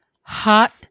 Hot